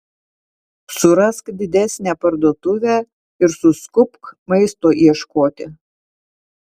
surask didesnę parduotuvę ir suskubk maisto ieškoti